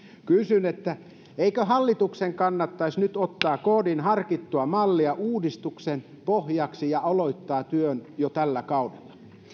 kysyn eikö hallituksen kannattaisi nyt ottaa kdn harkittu malli uudistuksen pohjaksi ja aloittaa työ jo tällä kaudella